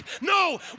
No